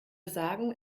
sagen